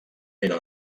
era